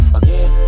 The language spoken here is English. again